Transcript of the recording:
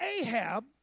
Ahab